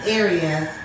areas